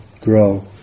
grow